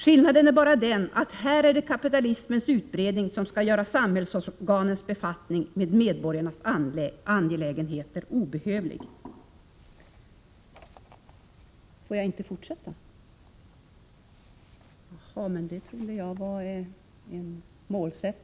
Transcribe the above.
Skillnaden är bara den, att här är det kapitalismens utbredning som skall göra samhällsorganens befattning med medborgarnas angelägenheter obehövlig. Herr talman! Jag ser att min taletid tyvärr är slut.